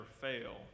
fail